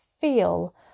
feel